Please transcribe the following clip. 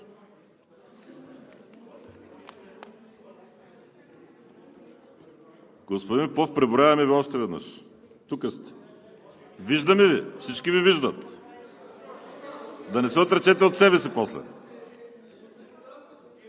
Господин Попов, преброяваме Ви още веднъж – тук сте. Виждаме Ви, всички Ви виждат. Да не се отречете от себе си после.